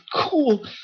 cool